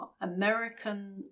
American